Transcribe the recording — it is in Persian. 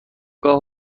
گاه